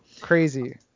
Crazy